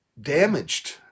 damaged